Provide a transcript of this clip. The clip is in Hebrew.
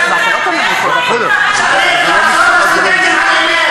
אנחנו לא נגד הסטודנטים,